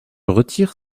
retire